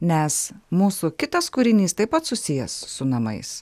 nes mūsų kitas kūrinys taip pat susijęs su namais